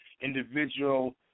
individual